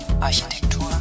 Architektur